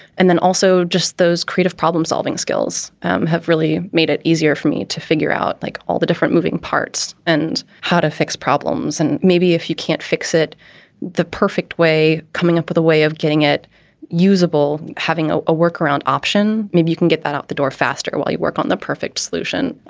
and then also just those creative problem solving skills have really made it easier for me to figure out like all the different moving parts and how to fix problems and maybe if you can't fix it the perfect way. coming up with a way of getting it usable, having ah a workaround option. maybe you can get that out the door faster while you work on the perfect solution.